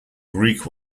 greek